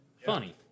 funny